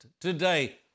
today